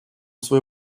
свою